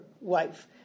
wife